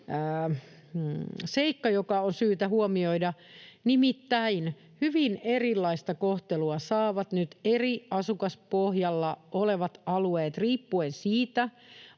seikka, joka on syytä huomioida. Nimittäin hyvin erilaista kohtelua saavat nyt eri asukaspohjalla olevat alueet riippuen siitä,